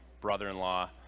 brother-in-law